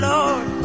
Lord